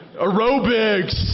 aerobics